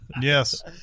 Yes